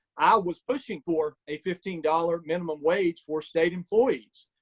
i was pushing for a fifteen dollars minimum wage for state employees.